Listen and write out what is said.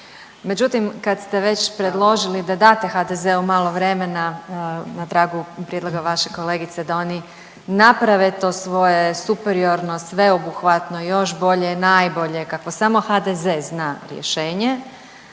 međutim kad ste već predložili da date HDZ-u malo vremena na tragu prijedloga vaše kolegice da oni naprave to svoje superiorno sveobuhvatno, još bolje, najbolje kako samo HDZ zna rješenje